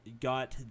got